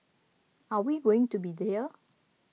are we going to be there